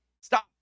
stop